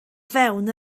fewn